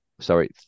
Sorry